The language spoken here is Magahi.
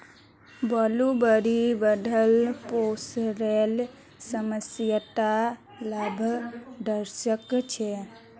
ब्लूबेरी ब्लड प्रेशरेर समस्यात लाभदायक छे